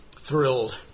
thrilled